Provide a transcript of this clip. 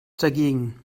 dagegen